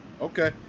Okay